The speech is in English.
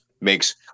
makes